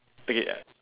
okay